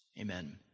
Amen